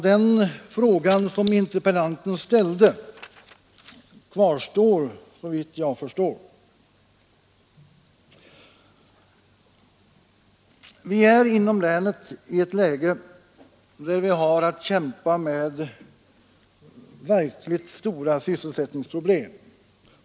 Den fråga som interpellanten ställde är såvitt jag förstår obesvarad. Vi kämpar inom länet med verkligt stora sysselsättningsproblem.